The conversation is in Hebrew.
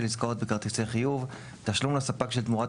של עסקאות בכרטיס חיוב - תשלום לספק של תמורת